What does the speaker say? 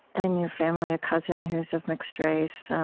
and your family, a cousin who's of mixed race.